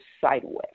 sideways